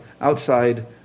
outside